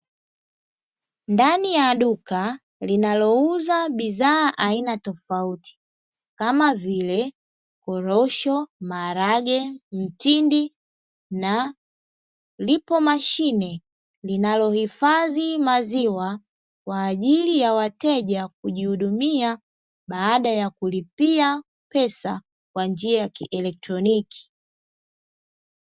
Ndani ya duka linalouza bidhaa aina tofauti kama vile korosho, maharage , mtindi na lipo mashine linalohifadhi maziwa kwa ajili ya wateja kujihudumia, baada ya kulipia pesa kwa njia ya kielektroniki.